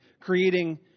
creating